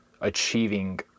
achieving